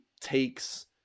takes